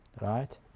right